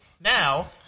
Now